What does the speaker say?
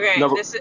Okay